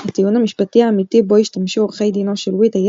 הטיעון המשפטי האמיתי בו השתמשו עורכי דינו של וויט היה